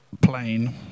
plane